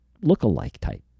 lookalike-type